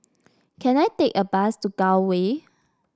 can I take a bus to Gul Way